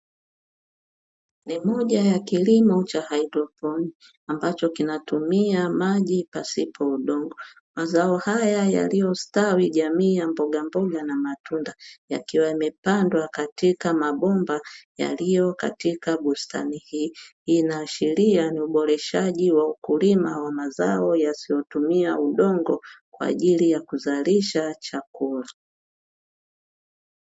Ni moja ya kilimo cha haidroponi, ambacho kinatumia majipasipo udongo. Mazao haya yaliyostawi, jamii ya mbogamboga na matunda, yakiwa yamepandwa katika mabomba yaliyo katika bustani hii, inaashiria ni uboreshaji wa ukulima wa mazao yasiyotumia udongo, kwa ajili ya kuzalisha chakula.